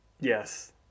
yes